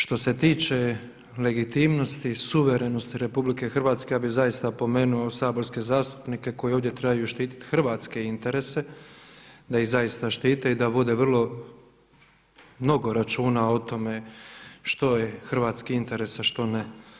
Što se tiče legitimnosti i suverenosti RH ja bi zaista opomenuo saborske zastupnike koji ovdje trebaju štiti hrvatske interese da iz zaista štite i da vode vrlo mnogo računa o tome što je hrvatski interes a što ne.